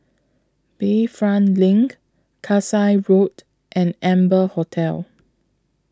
Bayfront LINK Kasai Road and Amber Hotel